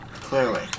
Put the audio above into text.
Clearly